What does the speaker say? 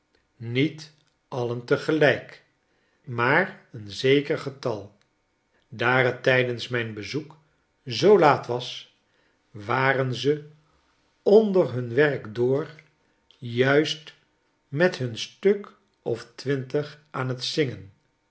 niet alien tegelijk maar een zeker getal daar t tijdens mijn bezoek zoo laat was waren ze onder hun werk door juist met hun stuk of twintig aan t zingen